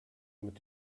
mit